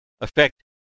affect